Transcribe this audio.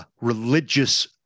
religious